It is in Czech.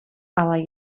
ale